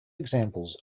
examples